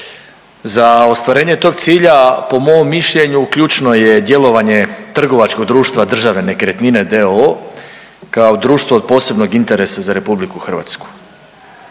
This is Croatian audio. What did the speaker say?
Za ostvarenje tog cilja po mom mišljenju ključno je djelovanje trgovačkog društva Državna nekretnine d.o.o. kao društvo od posebnog interesa za RH.